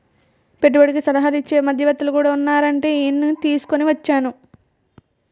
పెట్టుబడికి సలహాలు ఇచ్చే మధ్యవర్తులు కూడా ఉన్నారంటే ఈయన్ని తీసుకుని వచ్చేను